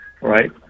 right